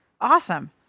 awesome